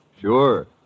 Sure